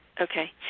Okay